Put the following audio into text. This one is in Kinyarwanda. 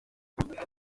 yakoraga